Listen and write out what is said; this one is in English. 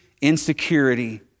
insecurity